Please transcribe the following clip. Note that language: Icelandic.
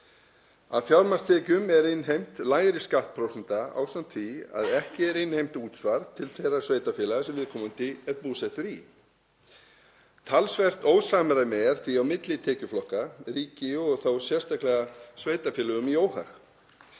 Af fjármagnstekjum er innheimt lægri skattprósenta ásamt því að ekki er innheimt útsvar til þeirra sveitarfélaga sem viðkomandi er búsettur í. Talsvert ósamræmi er því á milli tekjuflokka, ríkinu og þá sérstaklega sveitarfélögum í óhag.